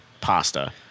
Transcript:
pasta